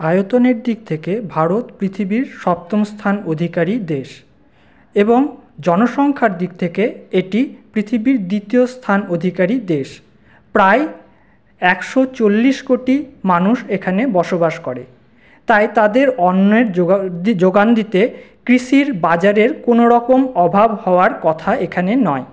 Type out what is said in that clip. আয়তনের দিক থেকে ভারত পৃথিবীর সপ্তম স্থান অধিকারী দেশ এবং জনসংখ্যার দিক থেকে এটি পৃথিবীর দ্বিতীয় স্থান অধিকারী দেশ প্রায় একশো চল্লিশ কোটি মানুষ এখানে বসবাস করে তাই তাদের অন্নের জোগাড় জোগান দিতে কৃষির বাজারের কোনোরকম অভাব হওয়ার কথা এখানে নয়